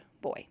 boy